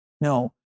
No